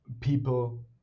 people